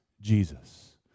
Jesus